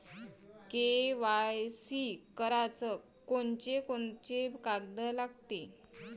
KYC कराच कोनचे कोनचे कागद लागते?